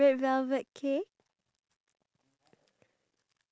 my worst module C_N_N ah